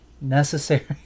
necessary